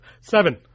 Seven